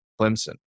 Clemson